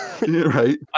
Right